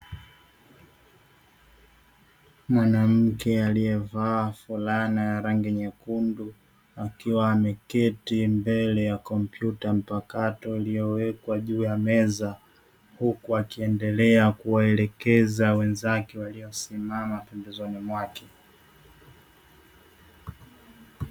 Mwanamke aliyevaa fulana ya rangi nyekundu akiwa ameketi mbele ya kompyuta mpakato iliyowekwa juu ya meza; huku akiendelea kuwaelekeza wenzake waliosimama pembezoni mwake.